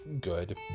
good